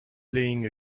playing